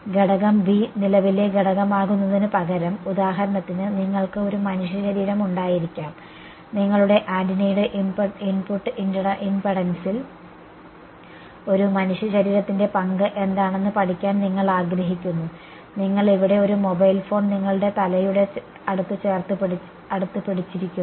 ഘടകം B നിലവിലെ ഘടകമാകുന്നതിനുപകരം ഉദാഹരണത്തിന് നിങ്ങൾക്ക് ഒരു മനുഷ്യശരീരം ഉണ്ടായിരിക്കാം നിങ്ങളുടെ ആന്റിനയുടെ ഇൻപുട്ട് ഇംപെഡൻസിൽ ഒരു മനുഷ്യശരീരത്തിന്റെ പങ്ക് എന്താണെന്ന് പഠിക്കാൻ നിങ്ങൾ ആഗ്രഹിക്കുന്നു നിങ്ങൾ ഇവിടെ ഒരു മൊബൈൽ ഫോൺ നിങ്ങളുടെ തലയുടെ അടുത്ത് പിടിച്ചിരിക്കുന്നു